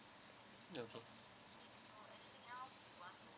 okay